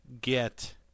get